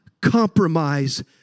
compromise